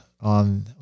on